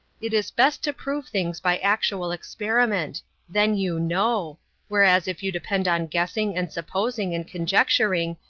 it is best to prove things by actual experiment then you know whereas if you depend on guessing and supposing and conjecturing,